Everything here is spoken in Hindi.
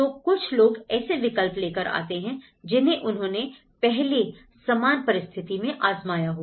तो कुछ लोग ऐसे विकल्प लेकर आते हैं जिन्हें उन्होंने पहले समान परिस्थिति में आज़माया हो